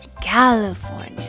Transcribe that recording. California